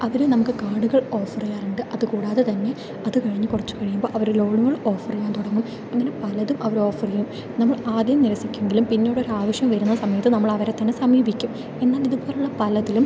അവര് നമ്മൾക്ക് കാർഡുകൾ ഓഫർ ചെയ്യാറുണ്ട് അത് കൂടാതെ തന്നെ അതു കഴിഞ്ഞ് കുറച്ചു കഴിയുമ്പോൾ അവര് ലോണുകള് ഓഫർ ചെയ്യാൻ തുടങ്ങും അങ്ങനെ പലതും അവര് ഓഫർ ചെയ്യും നമ്മൾ ആദ്യം നിരസിക്കുമെങ്കിലും പിന്നീട് ഒരാവശ്യം വരുന്ന സമയത്ത് നമ്മൾ അവരെ തന്നെ സമീപിക്കും എന്നാൽ ഇതുപോലുള്ള പലതിലും